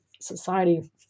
society